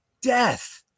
Death